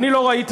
אני לא ראיתי,